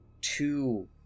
two